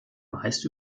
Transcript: meist